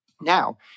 Now